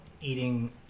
eating